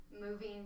Moving